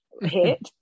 hit